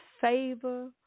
favor